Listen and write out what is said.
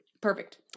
Perfect